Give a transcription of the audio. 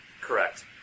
Correct